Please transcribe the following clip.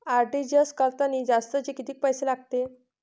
RTGS करतांनी जास्तचे कितीक पैसे लागते?